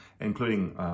including